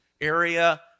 area